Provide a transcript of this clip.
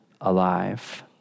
alive